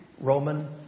Roman